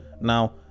now